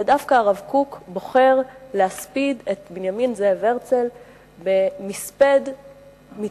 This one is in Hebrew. ודווקא הרב קוק בוחר להספיד את בנימין זאב הרצל בהספד מיתולוגי,